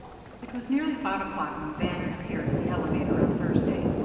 it was nearly five o'clock when bannon appeared at the elevator on thursday.